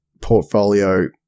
portfolio